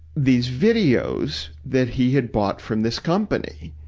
these videos that he had bought from this company,